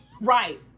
right